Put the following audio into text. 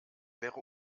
wäre